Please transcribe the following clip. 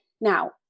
Now